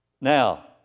Now